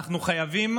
אנחנו חייבים